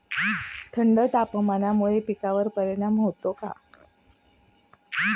थंड तापमानामुळे पिकांवर परिणाम होतो का?